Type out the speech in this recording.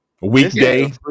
Weekday